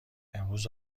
امروز